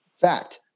fact